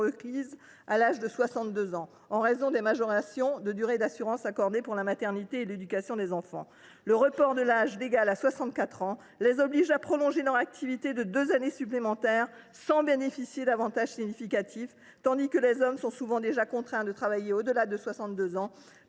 à l’âge de 62 ans, en raison des majorations de durée d’assurance accordées pour la maternité et l’éducation des enfants. Le report de l’âge légal à 64 ans les oblige à prolonger leur activité de deux années supplémentaires sans bénéficier d’avantages significatifs, tandis que les hommes sont souvent déjà contraints de travailler au delà de 62 ans